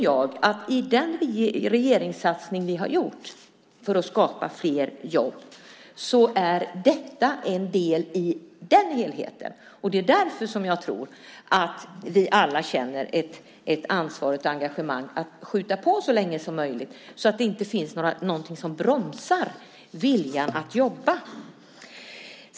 I den regeringssatsning som har gjorts för att skapa fler jobb är detta en del i helheten, och det är därför som jag tror att vi alla känner ett ansvar och ett engagemang att skjuta på så länge som möjligt så att det inte finns något som bromsar viljan att jobba.